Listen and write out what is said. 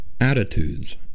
Attitudes